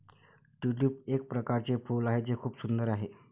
tulip एक प्रकारचे फूल आहे जे खूप सुंदर आहे